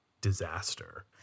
disaster